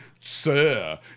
sir